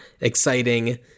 exciting